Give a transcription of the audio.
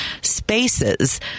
spaces